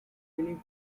winning